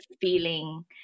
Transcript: feeling